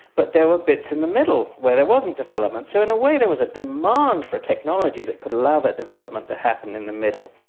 but there were bits in the middle where there wasn't development, so in a way there was a demand for technology that could allow that development to happen in the middle.